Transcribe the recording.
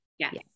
Yes